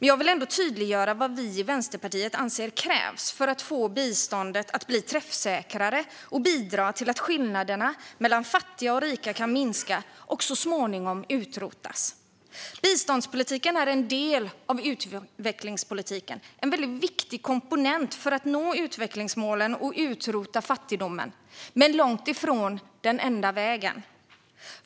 Jag vill ändå tydliggöra vad vi i Vänsterpartiet anser krävs för att få biståndet att bli träffsäkrare och bidra till att skillnaderna mellan fattiga och rika kan minska och så småningom utrotas. Biståndspolitiken är en del av utvecklingspolitiken. Den är en väldigt viktig komponent för att nå utvecklingsmålen och utrota fattigdomen, men den är långt ifrån den enda vägen.